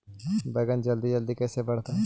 बैगन जल्दी जल्दी कैसे बढ़तै?